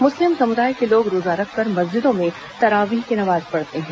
मुस्लिम समुदाय के लोग रोजा रखकर मस्जिदों में तरावीह की नमाज पढ़ते हैं